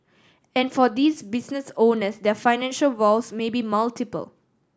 and for these business owners their financial woes may be multiple